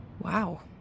Wow